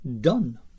done